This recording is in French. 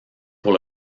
pour